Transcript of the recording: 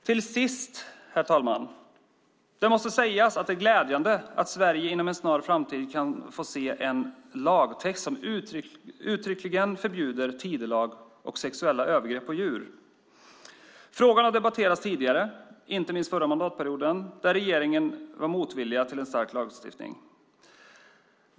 Till sist, herr talman, måste det sägas att det är glädjande att Sverige inom en snar framtid kan få se en lagtext som uttryckligen förbjuder tidelag och sexuella övergrepp på djur. Frågan har debatterats tidigare, inte minst under förra mandatperioden, då regeringen var motvillig till en stark lagstiftning.